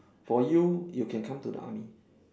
for you you can come to the army